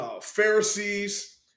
Pharisees